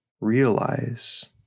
realize